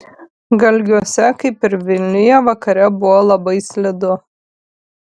galgiuose kaip ir vilniuje vakare buvo labai slidu